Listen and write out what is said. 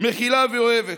מכילה ואוהבת.